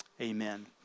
amen